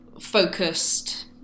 focused